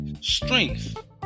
strength